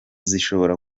zishobora